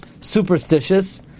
superstitious